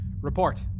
Report